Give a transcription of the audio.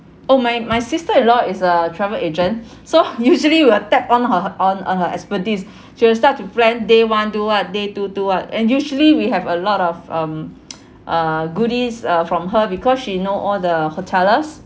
oh my my sister in law is a travel agent so usually we'll tap on her on on her expertise she will start to plan day one do what day two do what and usually we have a lot of um uh goodies uh from her because she know all the hoteliers